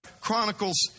chronicles